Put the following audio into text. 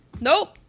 Nope